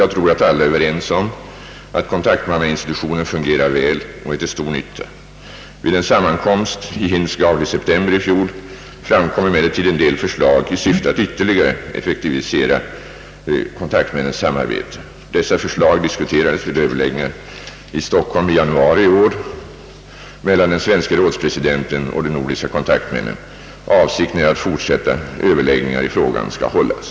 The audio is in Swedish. Jag tror att alla är överens om att kontaktmannainstitutionen fungerar väl och är till stor nytta. Vid en sammankomst i Hindsgavl i september 1966 framkom emellertid en del förslag i syfte att ytterligare effektivisera kontaktmännens samarbete. Dessa förslag diskuterades vid överläggningar i Stockholm i januari i år mellan den svenske rådspresidenten och de svenska kontaktmännen. Avsikten är att fortsatta överläggningar i frågan skall hållas.